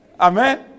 Amen